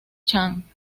chan